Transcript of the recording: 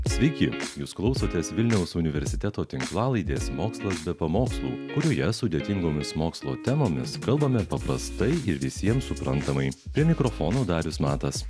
sveiki jūs klausotės vilniaus universiteto tinklalaidės mokslas be pamokslų kurioje sudėtingomis mokslo temomis kalbame paprastai ir visiems suprantamai prie mikrofono darius matas